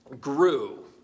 grew